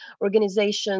organizations